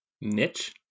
Niche